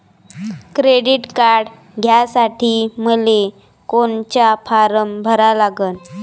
Credit card घ्यासाठी मले कोनचा फारम भरा लागन?